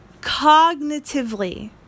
cognitively